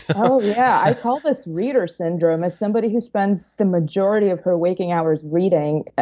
oh, yeah. i call this reader syndrome. it's somebody who spends the majority of her waking hours reading.